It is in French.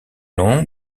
nom